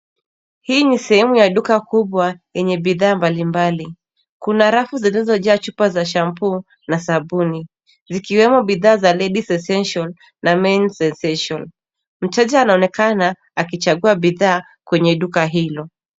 Hii ni sehemu ya duka kubwa lenye bidhaa mbalimbali. Kuna rafu zilizojaa chupa za shampoo na sabuni, zikiwemo bidhaa za Lady Sensation na Men Sensation . Mteja anaonekana akichagua bidhaa kwenye duka hilo.